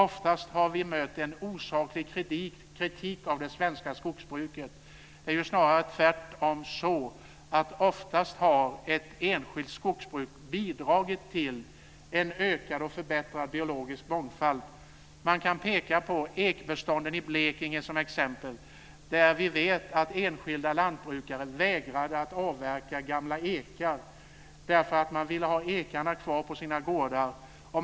Oftast har vi mött en osaklig kritik av det svenska skogsbruket. Det är ju snarare tvärtom så att oftast har ett enskilt skogsbruk bidragit till en ökad och förbättrad biologisk mångfald. Man kan peka på ekbestånden i Blekinge som ett exempel, där vi vet att enskilda lantbrukare vägrade att avverka gamla ekar därför att man ville ha ekarna kvar på sina gårdar.